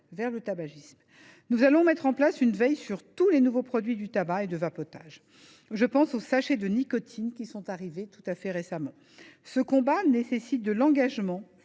vers le tabagisme. Nous allons mettre en place une veille sur tous les nouveaux produits du tabac et du vapotage. Je pense aux sachets de nicotine, arrivés récemment. Ce combat nécessite de l’engagement